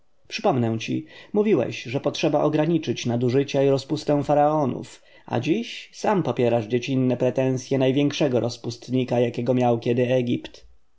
przypomnę ci mówiłeś że potrzeba ograniczyć nadużycia i rozpustę faraonów a dziś sam popierasz dziecinne pretensje największego rozpustnika jakiego miał kiedy egipt